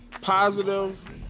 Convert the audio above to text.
positive